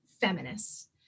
feminists